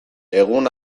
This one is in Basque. egun